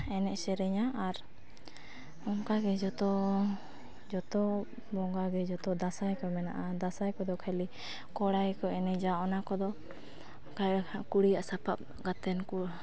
ᱮᱱᱮᱡ ᱥᱮᱨᱮᱧᱟ ᱟᱨ ᱚᱱᱠᱟ ᱜᱮ ᱡᱚᱛᱚ ᱡᱚᱛᱚ ᱵᱚᱸᱜᱟ ᱜᱮ ᱡᱚᱛᱚ ᱫᱟᱸᱥᱟᱭ ᱠᱚ ᱢᱮᱱᱟᱜᱼᱟ ᱫᱟᱸᱥᱟᱭ ᱠᱚᱫᱚ ᱠᱷᱟᱹᱞᱤ ᱠᱚᱲᱟ ᱜᱮᱠᱚ ᱮᱱᱮᱡᱟ ᱚᱱᱟᱠᱚᱫᱚ ᱟᱠᱷᱟᱭ ᱠᱩᱲᱤᱭᱟᱜ ᱥᱟᱯᱟᱵ ᱠᱟᱛᱮᱫ ᱠᱚ